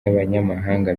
abanyamahanga